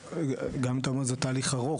אתה אומר שזה תהליך ארוך,